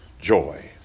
joy